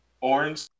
orange